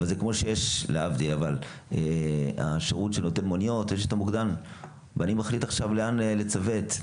אבל זה כמו שיש להבדיל שירותי מוניות: אני מחליט לאן לצוות,